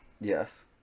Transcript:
Yes